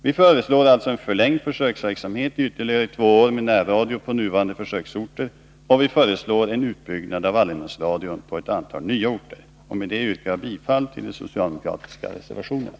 Vi föreslår därför förlängd försöksverksamhet i ytterligare två år med närradio på nuvarande försöksorter. Vi föreslår därtill en utbyggnad av allemansradion på ett antal nya orter. Med detta, herr talman, yrkar jag bifall till de socialdemokratiska reservationerna.